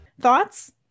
thoughts